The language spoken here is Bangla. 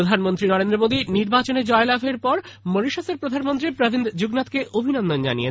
প্রধানমন্ত্রী নরেন্দ্র মোদী নির্বাচনে জয়লাভের পর মরিশাসের প্রধানমন্ত্রী প্রবিন্দ জুগনাথকে অভিনন্দন জানিয়েছেন